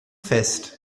fest